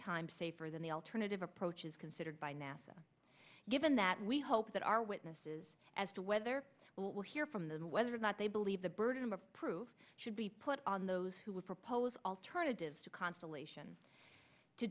times safer than the alternative approaches considered by nasa given that we hope that our witnesses as to whether we will hear from the whether or not they believe the burden of proof should be put on those who would propose alternatives to constellation to